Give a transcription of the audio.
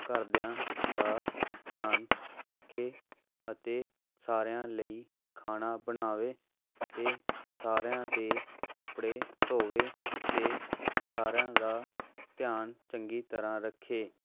ਘਰਦਿਆਂ ਦਾ ਧਿਆਨ ਰੱਖੇ ਅਤੇ ਸਾਰਿਆਂ ਲਈ ਖਾਣਾ ਬਣਾਵੇ ਅਤੇ ਸਾਰਿਆਂ ਦੇ ਕੱਪੜੇ ਧੋਵੇ ਅਤੇ ਸਾਰਿਆਂ ਦਾ ਧਿਆਨ ਚੰਗੀ ਤਰ੍ਹਾਂ ਰੱਖੇ